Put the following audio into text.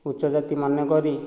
ଉଚ୍ଚ ଜାତି ମନେକରି